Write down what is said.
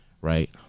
right